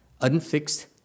unfixed